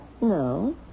No